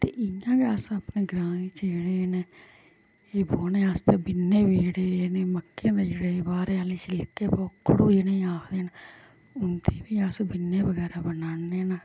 ते इ'यां गै अस अपने ग्राएं च जेह्ड़े एह् न एह् बौह्ने आस्तै बिन्ने बी जेह्ड़े एह् मक्के दे जेह्ड़े बाह्रै आह्लें छिल्के बोकडू जिनेंगी आखदे न उं'दे बी अस बिन्ने बगैरा बनान्ने न